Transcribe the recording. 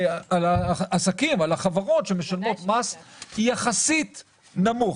החברות שמשלמות מס יחסית נמוך.